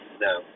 no